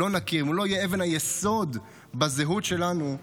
הוא לא יהיה אבן היסוד בזהות שלנו,